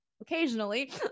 occasionally